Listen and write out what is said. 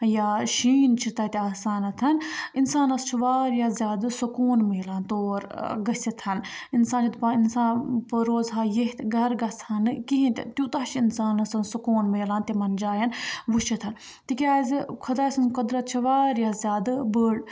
یا شیٖن چھِ تَتہِ آسان اِنسانَس چھِ واریاہ زیادٕ سکوٗن مِلان تور گٔژھِتھ اِنسان یہِ دَپان اِنسان بہٕ روزٕہا ییٚتھۍ گَرٕ گژھٕ ہا نہٕ کِہیٖنۍ تہِ تیوٗتاہ چھِ اِنسانَس سکوٗن مِلان تِمَن جایَن وٕچھِتھ تِکیٛازِ خۄداے سٕنٛز قۄدرَت چھےٚ واریاہ زیادٕ بٔڑ